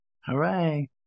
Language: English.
Hooray